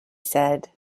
said